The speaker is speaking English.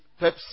Pepsi